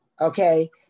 okay